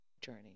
journey